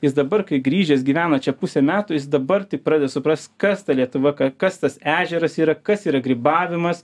jis dabar kai grįžęs gyvena čia pusę metų jis dabar tik pradeda suprast kas ta lietuva kas tas ežeras yra kas yra grybavimas